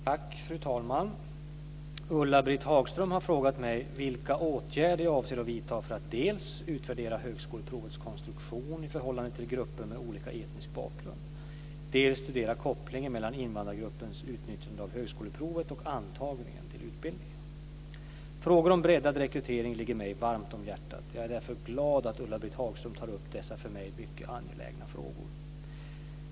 Fru talman! Ulla-Britt Hagström har frågat mig vilka åtgärder jag avser att vidta för att dels utvärdera högskoleprovets konstruktion i förhållande till grupper med olika etnisk bakgrund, dels studera kopplingen mellan invandrargruppens utnyttjande av högskoleprovet och antagningen till utbildningen. Frågor om breddad rekrytering ligger mig varmt om hjärtat. Jag är därför glad att Ulla-Britt Hagström tar upp dessa för mig mycket angelägna frågor.